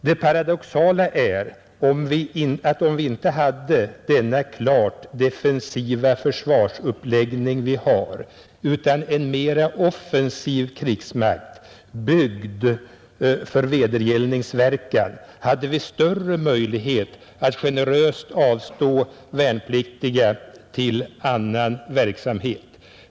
Det paradoxala är att om vi inte hade den klart defensiva försvarsuppläggning som vi har utan en mera offensiv krigsmakt, byggd för vedergällningsverkan, hade vi haft större möjligheter att generöst avstå värnpliktiga till annan verksamhet.